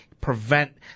prevent